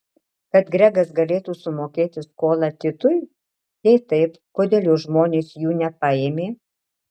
kad gregas galėtų sumokėti skolą titui jei taip kodėl jo žmonės jų nepaėmė